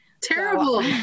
Terrible